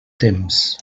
temps